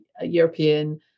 European